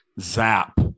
Zap